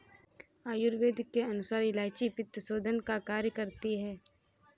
आयुर्वेद के अनुसार इलायची पित्तशोधन का कार्य करती है